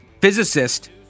physicist